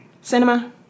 cinema